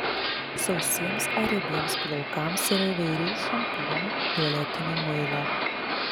sausiems ar riebiems plaukams yra įvairių šampūnų tualetinio muilo